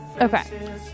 Okay